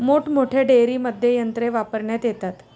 मोठमोठ्या डेअरींमध्ये यंत्रे वापरण्यात येतात